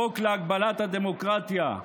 חוק להגבלת הדמוקרטיה.